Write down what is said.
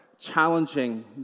challenging